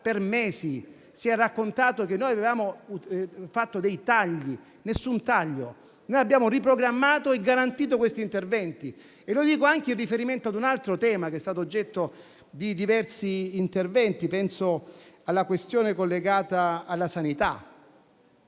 per mesi. Si è raccontato che noi avevamo fatto dei tagli. Nessun taglio: abbiamo riprogrammato e garantito gli interventi. Lo dico anche in riferimento a un altro tema, che è stato oggetto di diversi interventi. Penso alla questione collegata alla sanità,